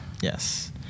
Yes